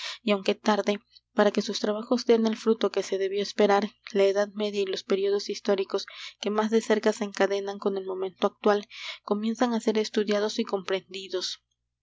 y aunque tarde para que sus trabajos den el fruto que se debió esperar la edad media y los períodos históricos que más de cerca se encadenan con el momento actual comienzan á ser estudiados y comprendidos